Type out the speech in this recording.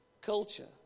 culture